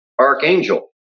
Archangel